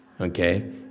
Okay